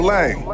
Lang